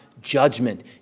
Judgment